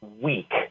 week